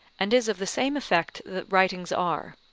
and is of the same effect that writings are,